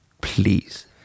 please